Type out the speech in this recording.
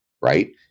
right